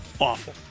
awful